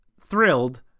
thrilled